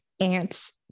Ant's